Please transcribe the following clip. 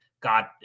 God